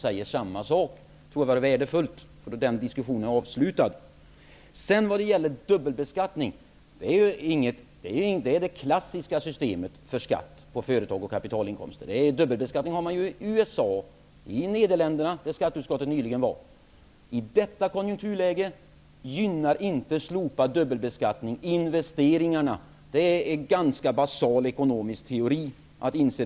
Det torde vara värdefullt för att få den diskussionen avslutad. Dubbelbeskattning är det klassiska systemet för skatt på företagsvinster och kapitalinkomster. Dubbelbeskattning har man i USA och i Nederländerna, där skatteutskottet nyligen var. I detta konjunkturläge gynnas inte investeringarna av en slopad dubbelbeskattning. Detta är ganska basal ekonomisk teori.